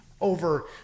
over